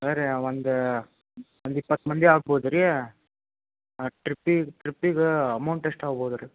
ಬೇರೆಯ ಒಂದು ಒಂದು ಇಪ್ಪತ್ತು ಮಂದಿ ಆಗ್ಬೋದು ರೀ ಟ್ರಿಪ್ಪಿ ಟ್ರಿಪ್ಪಿಗೆ ಅಮೌಂಟ್ ಎಷ್ಟಾಗ್ಬೋದು ರೀ